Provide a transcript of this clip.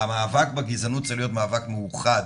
המאבק בגזענות צריך להיות מאבק מאוחד.